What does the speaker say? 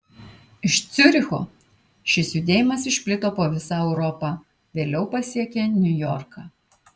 iš ciuricho šis judėjimas išplito po visą europą vėliau pasiekė niujorką